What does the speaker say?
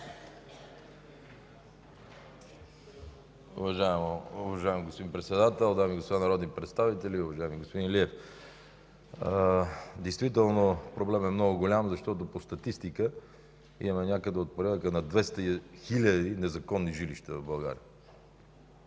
Уважаеми господин Председател, дами и господа народни представители, уважаеми господин Илиев! Действително проблемът е много голям, защото по статистика имаме някъде от порядъка на 200 хиляди незаконни жилища в България.